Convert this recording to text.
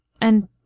And